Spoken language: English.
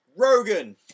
Rogen